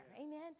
amen